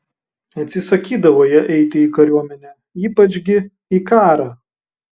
atsisakydavo jie eiti į kariuomenę ypač gi į karą